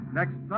next